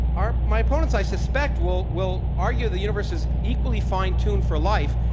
our my opponents, i suspect, will will argue the universe is equally fine-tuned for life,